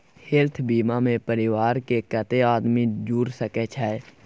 Health बीमा मे परिवार के कत्ते आदमी जुर सके छै?